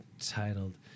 titled